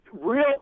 real